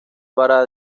para